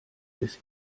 des